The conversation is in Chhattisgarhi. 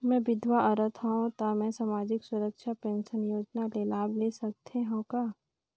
मैं विधवा औरत हवं त मै समाजिक सुरक्षा पेंशन योजना ले लाभ ले सकथे हव का?